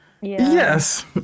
Yes